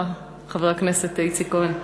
שלום לך, חבר הכנסת איציק כהן.